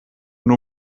nur